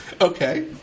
okay